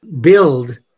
build